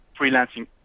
freelancing